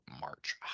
march